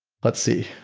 let's see,